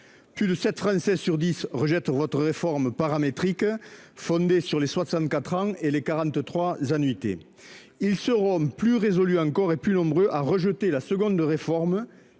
Plus de sept Français sur dix rejettent votre réforme paramétrique fondée sur les 64 ans et les 43 annuités. Ils seront plus résolus encore et plus nombreux à rejeter la seconde réforme-